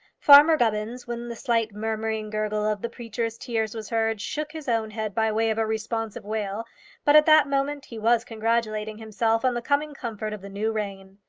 farmer gubbins, when the slight murmuring gurgle of the preacher's tears was heard, shook his own head by way of a responsive wail but at that moment he was congratulating himself on the coming comfort of the new reign.